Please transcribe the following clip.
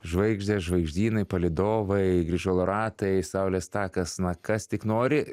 žvaigždės žvaigždynai palydovai grįžulo ratai saulės takas na kas tik nori